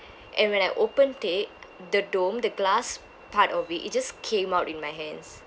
and when I opened it the dome the glass part of it it just came out in my hands